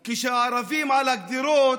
כי כשהערבים על הגדרות